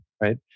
Right